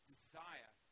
desire